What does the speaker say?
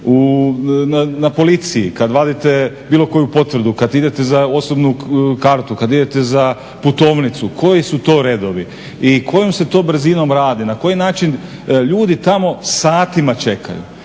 na policiji, kad vadite bilo koju potvrdu, kad idete za osobnu kartu, kad idete za putovnicu, koji su to redovi i kojom se to brzinom radi, na koji način ljudi tamo satima čekaju.